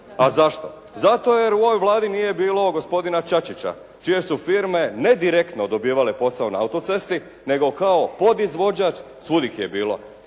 A zašto? Zato jer u ovoj Vladi nije bilo gospodina Čačića, čije su firme ne direktno dobivale posao na autocesti, nego kao podizvođač svuda ih je bilo.